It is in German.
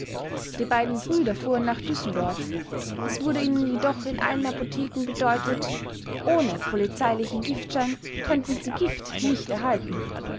die beiden brüder fuhren nach düsseldorf es wurde ihnen jedoch in allen apotheken bedeutet ohne polizeilichen giftschein könnten sie gift nicht erhalten